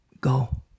go